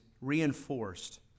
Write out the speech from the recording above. reinforced